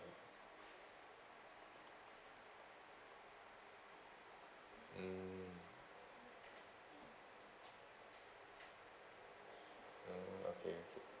mm mm okay okay